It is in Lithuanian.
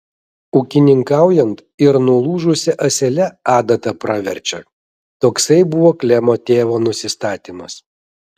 ūkininkaujant ir nulūžusia ąsele adata praverčia toksai buvo klemo tėvo nusistatymas